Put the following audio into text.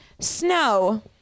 Snow